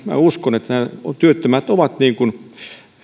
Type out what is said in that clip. minä uskon että työttömät ovat tavallaan